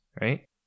right